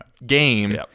game